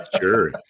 Sure